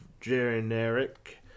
generic